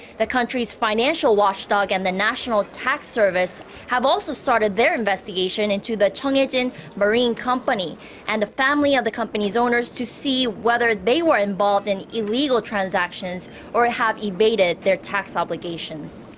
the countrys' financial watchdog and the national tax service have also started their investigation in to the cheonghaejin marine company and the family of the company's owners to see whether they were involved in illegal transactions or evaded their tax obligations.